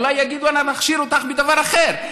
אולי יגידו: נכשיר אותך בדבר אחר.